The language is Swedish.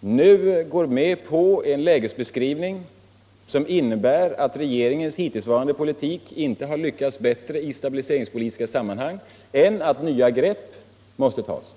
nu går med på en lägesbeskrivning som innebär att regeringens hittillsvarande politik inte har lyckats bättre i stabiliseringspolitiska sammanhang än att nya grepp måste tas.